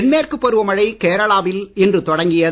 தென்மேற்கு பருவமழை கேரளாவில் இன்று தொடங்கியது